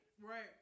Right